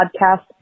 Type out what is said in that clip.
podcast